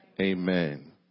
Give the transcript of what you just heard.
Amen